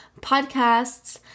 podcasts